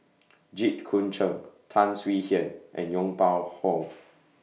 Jit Koon Ch'ng Tan Swie Hian and Yong Pung How